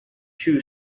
two